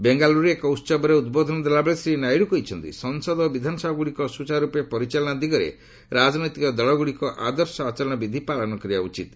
ବେଙ୍ଗାଲୁରୁରେ ଏକ ଉହବରେ ଉଦ୍ବୋଧନ ଦେଲାବେଳେ ଶ୍ରୀ ନାଇଡୁ କହିଛନ୍ତି ସଂସଦ ଓ ବିଧାନସଭାଗୁଡ଼ିକ ସୁଚାରୁର୍ପେ ପରିଚାଳନା ଦିଗରେ ରାଜନୈତିକ ଦଳଗୁଡ଼ିକ ଆଦର୍ଶ ଆଚରଣ ବିଧି ପାଳନ କରିବା ଉଚିତ୍